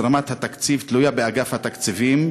הזרמת התקציב תלויה באגף התקציבים,